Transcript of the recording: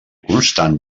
constant